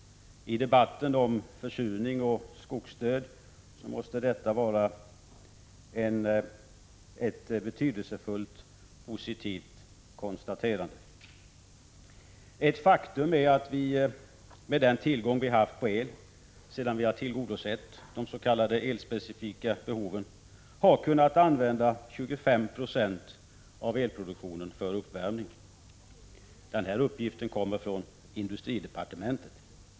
I debatten om försurning och skogsdöd måste detta vara ett betydelsefullt positivt konstaterande. Ett faktum är att vi med den tillgång vi haft på el, sedan vi har tillgodosett de s.k. elspecifika behoven, har kunnat använda 25 Ze av elproduktionen för uppvärmning. Den här uppgiften kommer från industridepartementet.